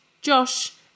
Josh